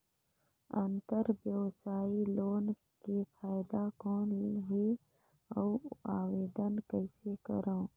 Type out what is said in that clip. अंतरव्यवसायी लोन के फाइदा कौन हे? अउ आवेदन कइसे करव?